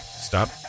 Stop